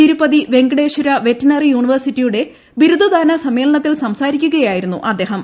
Tirupati Venkateswara veterinary യൂണിവേഴ്സിറ്റിയുടെ ബിരുദദാന സമ്മേളനത്തിൽ സംസാരിക്കുകയായിരുന്നു അദ്ദേഹം